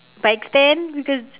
bike stand because